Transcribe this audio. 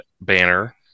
banner